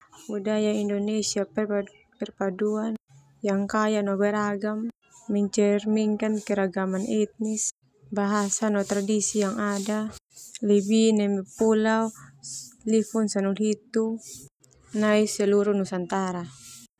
Budaya Indonesia, perpaduan yang kaya no beragam, mencerminkan keragaman etnis, bahasa no tradisi yang ada lebih neme pulau lifun sana hulu hitu nai seluruh nusantara.